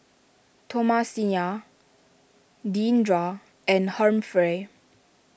Thomasina Deandra and Humphrey